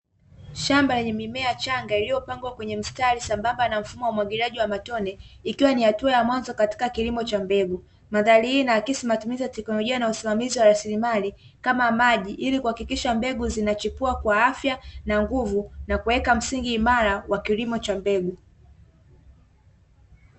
Shamba lenye mimea changa lililopandwa kwenye mstari sambamba mfumo wa umwagiliaji wa matone, ikiwa ni hatua ya mwanzo katika kilimo cha mbegu, mandhari hii inaakisi matumizi ya tekinolojia na usimamizi wa rasilimali kama maji, ili kuhakikisha mbegu zinachipua kwa afya na nguvu, na kuweka misingi imara kwa kilimo cha mbegu.